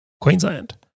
Queensland